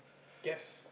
gas